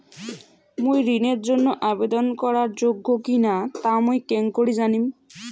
মুই ঋণের জন্য আবেদন করার যোগ্য কিনা তা মুই কেঙকরি জানিম?